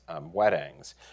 weddings